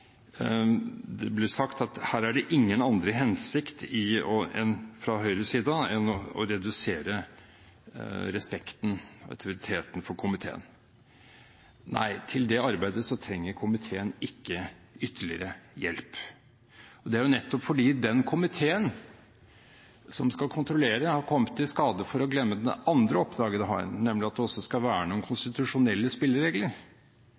Det ble sagt at her er det ingen annen hensikt fra Høyres side enn å redusere respekten for og autoriteten til komiteen. Nei, til det arbeidet trenger ikke komiteen ytterligere hjelp. Det er nettopp fordi komiteen som skal kontrollere, har kommet i skade for å glemme det andre oppdraget den har, nemlig at den også skal verne om